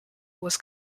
was